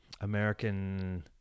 American